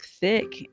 thick